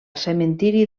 cementiri